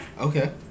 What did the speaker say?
Okay